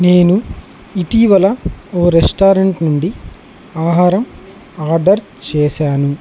నేను ఇటీవల ఒక రెస్టారెంట్ నుండి ఆహారం ఆర్డర్ చేశాను